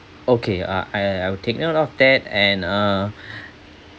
okay uh I I will take note of that and uh